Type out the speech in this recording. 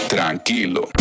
Tranquilo